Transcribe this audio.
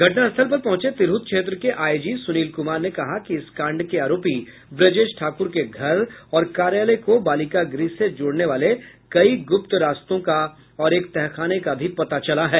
घटना स्थल पर पहुंचे तिरहुत क्षेत्र के आईजी सुनील कुमार ने कहा कि इस कांड के आरोपी ब्रजेश ठाकुर के घर और कार्यालय को बालिका गृह से जोड़ने वाले कई गुप्त रास्तों का और एक तहखाने का भी पता चला है